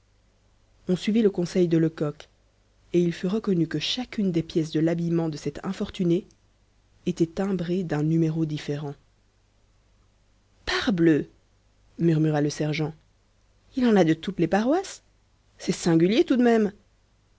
on suivit le conseil de lecoq et il fut reconnu que chacune des pièces de l'habillement de cet infortuné était timbrée d'un numéro différent parbleu murmura le sergent il en a de toutes les paroisses c'est singulier tout de même